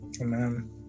Amen